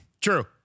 True